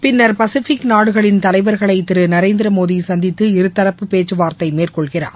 பின்னர் பசிபிக் நாடுகளின் தலைவர்களை திரு நரேந்திரமோடி சந்தித்து இருதரப்பு பேச்சுவார்தை மேற்கொள்கிறார்